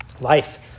Life